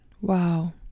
Wow